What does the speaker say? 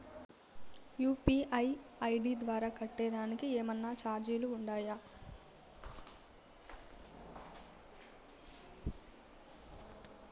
UPI ID ద్వారా కట్టేదానికి ఏమన్నా చార్జీలు ఉండాయా?